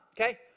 okay